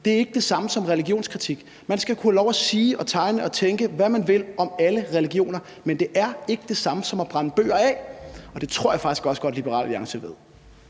Det er ikke det samme som religionskritik. Man skal kunne have lov til at sige, tegne og tænke, hvad man vil om alle religioner, men det er ikke det samme som at brænde bøger af, og det tror jeg faktisk også godt Liberal Alliance ved.